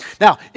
Now